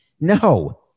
No